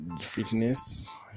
fitness